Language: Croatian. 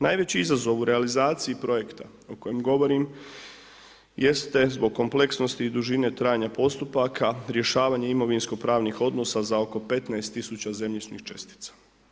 Najveći izazov u realizaciji projekta o kojem govorim jeste zbog kompleksnosti i dužine trajanja postupaka, rješavanje imovinsko pravnih odnosa za oko 15 tisuća zemljišnih čestica.